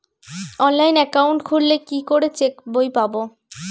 Online account খুললে কি করে চেক বই পাব?